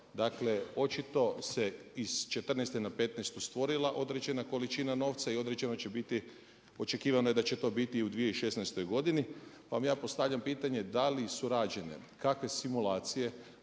dakle očito se iz 2014. na 2015. stvorila određene količina novca i određeno će biti, očekivano je da će to biti i u 2016. godini. Pa vam ja postavljam pitanje da li su rađene kakve simulacije,